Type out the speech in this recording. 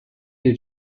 you